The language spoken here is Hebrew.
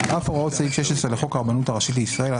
אף הוראות סעיף 16 לחוק הרבנות הראשית לישראל,